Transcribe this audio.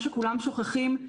מה שכולם שוכחים,